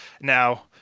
now